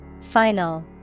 Final